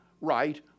right